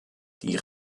die